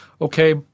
Okay